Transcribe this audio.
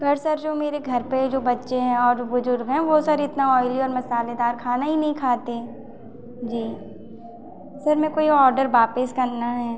पर सर मेरे घर पर जो बच्चे हैं और जो बुज़ुर्ग हैं वह सर इतना ऑयली और मसालेदार खाना ही नहीं खाते हैं जी सर मे को यह आर्डर वापस करना है